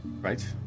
Right